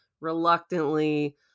reluctantly